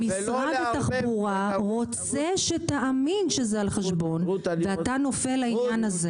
משרד התחבורה רוצה בדיוק מה שאתה נופל אליו,